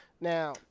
Now